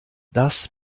das